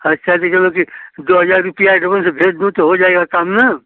अच्छा जी चलो जी दो हजार रुपया एड्वांस भेज दूँ तो हो जाएगा काम न